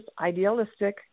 idealistic